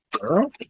girl